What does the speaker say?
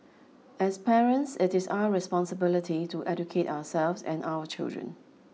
as parents it is our responsibility to educate ourselves and our children